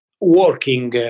working